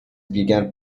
began